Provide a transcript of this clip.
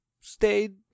stayed